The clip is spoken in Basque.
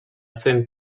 zen